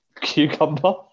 cucumber